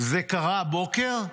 'זה קרה הבוקר?'